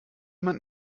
man